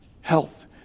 health